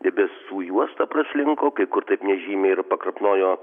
debesų juosta praslinko kai kur taip nežymiai ir pakrapnojo